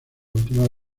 últimas